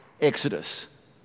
exodus